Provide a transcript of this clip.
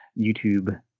YouTube